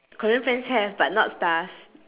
korean friends have but not stars